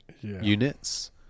units